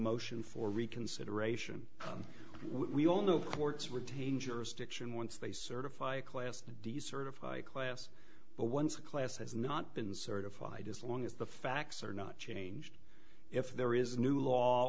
motion for reconsideration we all know courts retain jurisdiction once they certify a class to decertify class but once a class has not been certified as long as the facts are not changed if there is a new law